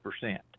percent